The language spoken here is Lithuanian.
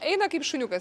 eina kaip šuniukas